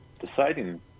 deciding